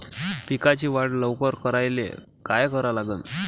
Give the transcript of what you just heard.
पिकाची वाढ लवकर करायले काय करा लागन?